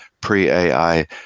pre-AI